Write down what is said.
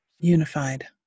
Unified